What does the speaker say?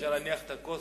אפשר להניח את הכוס,